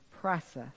process